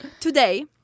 today